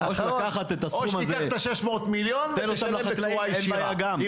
או שתיקח את 600 המיליונים ותשלם בצורה ישירה.